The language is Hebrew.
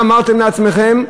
מה אמרתם לעצמכם?